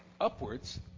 upwards